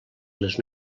les